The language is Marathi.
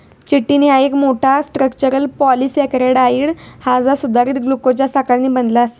चिटिन ह्या एक मोठा, स्ट्रक्चरल पॉलिसेकेराइड हा जा सुधारित ग्लुकोजच्या साखळ्यांनी बनला आसा